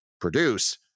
produce